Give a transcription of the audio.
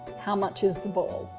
how much is the ball?